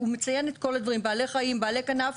הוא מציין את כל הדברים, בעלי חיים, בעלי כנף.